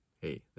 hey